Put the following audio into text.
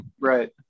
Right